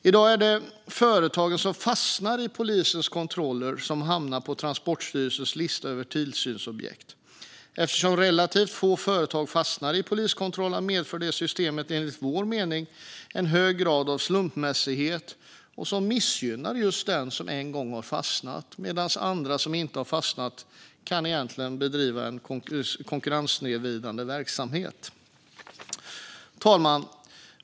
I dag är det de företag som fastnar i polisens kontroller som hamnar på Transportstyrelsens lista över tillsynsobjekt. Eftersom relativt få företag fastnar i poliskontroller medför detta system enligt vår mening en hög grad av slumpmässighet. Det missgynnar just den som en gång har fastnat medan andra, som inte har fastnat, egentligen kan bedriva en konkurrenssnedvridande verksamhet. Herr talman!